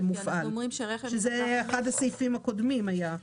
זה היה באחד הסעיפים הקודמים.